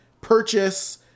purchase